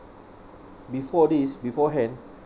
before this beforehand